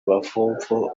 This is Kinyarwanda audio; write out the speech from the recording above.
abavumvu